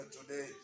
today